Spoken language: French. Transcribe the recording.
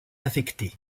affectée